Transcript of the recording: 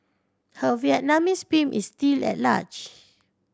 her Vietnamese pimp is still at large